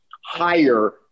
higher